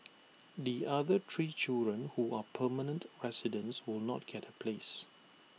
the other three children who are permanent residents will not get A place